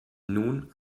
nun